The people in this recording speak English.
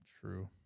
True